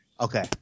Okay